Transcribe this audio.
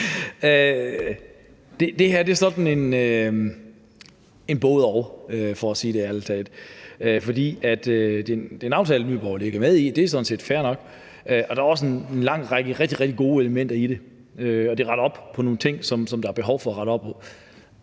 Det her er både-og, for at sige det ærligt. Det er en aftale, Nye Borgerlige ikke er med i, og det er sådan set fair nok. Der er en lang række rigtig, rigtig gode elementer i det, og det retter op på nogle ting, som der er behov for at rette op på.